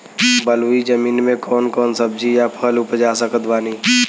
बलुई जमीन मे कौन कौन सब्जी या फल उपजा सकत बानी?